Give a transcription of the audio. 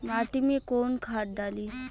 माटी में कोउन खाद डाली?